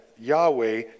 Yahweh